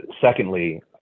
secondly